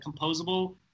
composable